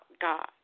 God